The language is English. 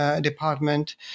department